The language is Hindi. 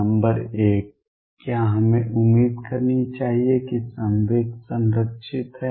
नंबर 1 क्या हमें उम्मीद करनी चाहिए कि संवेग संरक्षित है